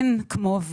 אין כמו,